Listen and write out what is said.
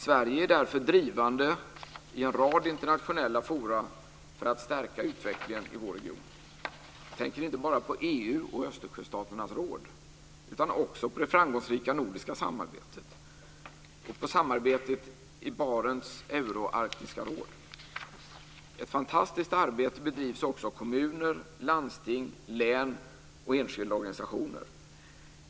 Sverige är därför drivande i en rad internationella forum för att stärka utvecklingen i vår region. Jag tänker inte bara på EU och Östersjöstaternas råd, utan också på det framgångsrika nordiska samarbetet och på samarbetet i Barents euroarktiska råd. Ett fantastiskt arbete bedrivs också av kommuner, landsting, län och enskilda organisationer.